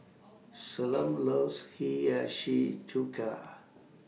Salome loves Hiyashi Chuka